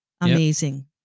Amazing